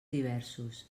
diversos